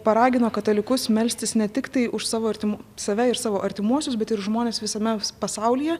paragino katalikus melstis ne tiktai už savo artimu save ir savo artimuosius bet ir žmones visame pasaulyje